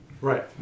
Right